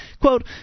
Quote